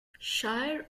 shire